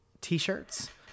t-shirts